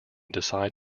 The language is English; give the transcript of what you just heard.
decide